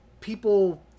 people